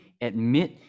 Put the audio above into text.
admit